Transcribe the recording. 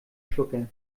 schlucker